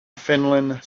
finland